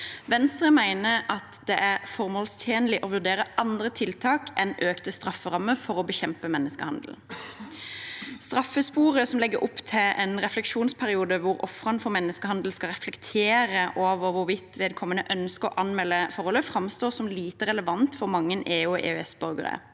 Venstre mener at det er formålstjenlig å vurdere andre tiltak enn økte strafferammer for å bekjempe menneskehandel. Straffesporet, som legger opp til en refleksjonsperiode hvor ofrene for menneskehandel skal reflektere over hvorvidt vedkommende ønsker å anmelde forholdet, framstår som lite relevant for mange EU- og